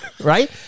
Right